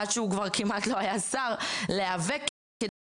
עד שהוא כבר כמעט לא היה שר להיאבק כדי